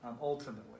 ultimately